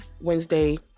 Wednesday